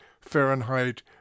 Fahrenheit